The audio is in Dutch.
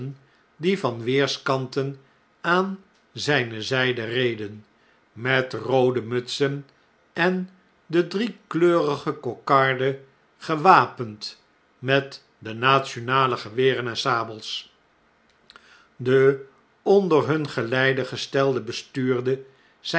die van weerskanten aan zjjne zjjde reden met roode mutsen en de driekleurige kokarde gewapend met de nationale geweren en sabels de onder hun geleide gestelde bestuurde